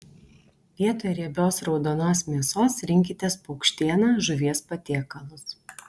vietoj riebios raudonos mėsos rinkitės paukštieną žuvies patiekalus